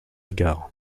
gare